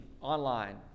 online